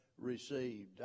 received